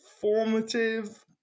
formative